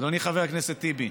אדוני חבר הכנסת טיבי,